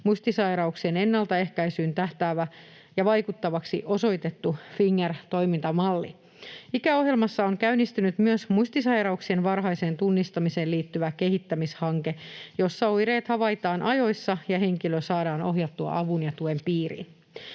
muistisairauksien ennaltaehkäisyyn tähtäävä ja vaikuttavaksi osoitettu FINGER-toimintamalli. Ikäohjelmassa on käynnistynyt myös muistisairauksien varhaiseen tunnistamiseen liittyvä kehittämishanke, jossa oireet havaitaan ajoissa ja henkilö saadaan ohjattua avun ja tuen piiriin.